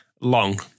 long